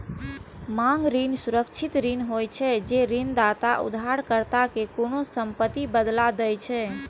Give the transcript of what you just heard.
मांग ऋण सुरक्षित ऋण होइ छै, जे ऋणदाता उधारकर्ता कें कोनों संपत्तिक बदला दै छै